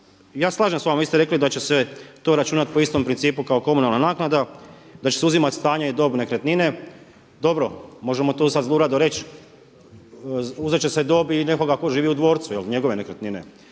se slažem s vama, vi ste rekli da će se to računati po istom principu kao komunalna naknada, da će se uzimati stanje i dob nekretnine. Dobro, možemo tu sada zlurado reći uzet će se dob i nekoga tko živi u dvorcu, njegove nekretnine,